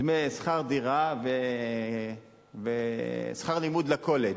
דמי שכר דירה ושכר לימוד בקולג'.